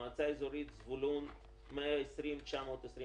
מועצה אזורית זבולון 120,924,